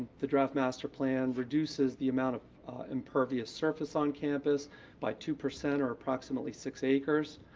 the draft master plan reduces the amount of impervious surface on campus by two percent or approximately six acres.